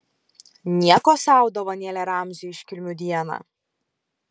nieko sau dovanėlė ramziui iškilmių dieną